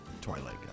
Twilight